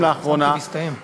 במקרה הזה הכנסת תעצור מלכת.